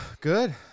good